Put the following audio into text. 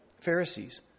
Pharisees